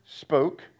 spoke